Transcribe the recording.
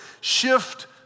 shift